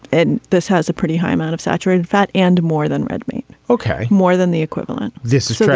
and this has a pretty high amount of saturated fat and more than red meat. ok. more than the equivalent. this is.